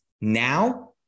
Now